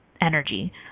energy